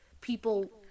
people